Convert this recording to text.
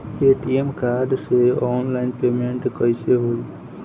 ATM card से online payment कैसे होई?